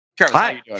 Hi